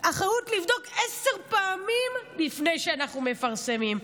לבדוק עשר פעמים לפני שאנחנו מפרסמים.